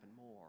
more